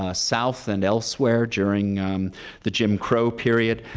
ah south and elsewhere during the jim crow period,